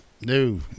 no